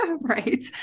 Right